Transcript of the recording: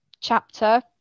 chapter